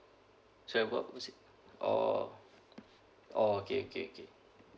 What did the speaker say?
sorry what was it oh oh okay okay okay